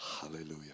Hallelujah